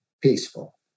peaceful